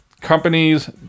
companies